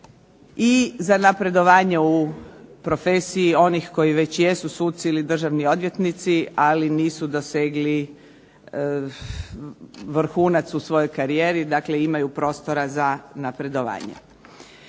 i za napredovanje u profesiji onih koji već jesu suci ili državni odvjetnici ali nisu dosegli vrhunac u svojoj karijeri, dakle imaju prostora za napredovanje.